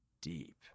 deep